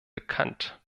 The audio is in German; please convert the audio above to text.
bekannt